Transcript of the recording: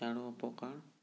ইয়াৰো অপকাৰ